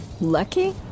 Lucky